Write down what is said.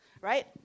right